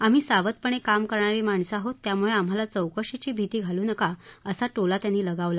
आम्ही सावधपणे काम करणारी माणसं आहोत त्यामुळे आम्हाला चौकशीची भीती घालू नका असा टोला त्यांनी लगावला